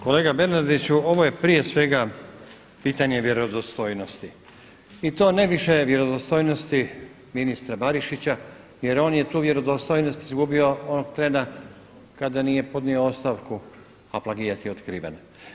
Kolega Bernardiću ovo je prije svega pitanje vjerodostojnosti i to ne više vjerodostojnosti ministra Barišića jer on je tu vjerodostojnost izgubio onog trena kada nije podnio ostavku, a plagijat je otkriven.